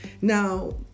Now